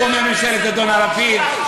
הוא אומר "ממשלת זדון" על לפיד.